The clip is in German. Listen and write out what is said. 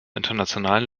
internationalen